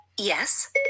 Yes